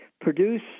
produce